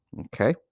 okay